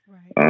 Right